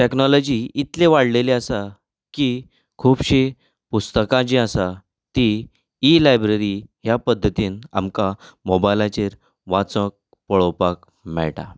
technology इतलें वाडलेले आसा की खूबशीं पूस्तकां जी आसा ती इ लायब्रररी ह्या पद्दतीन आमकां मोबायलाचेर वाचप पळोवपाक मेळटा